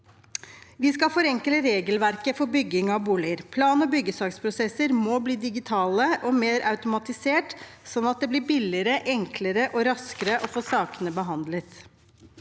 vi skal forenkle regelverket for bygging av boliger. Plan- og byggesaksprosesser må bli digitale og mer automatisert, sånn at det blir billigere, enklere og raskere å få sakene behandlet.